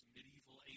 Medieval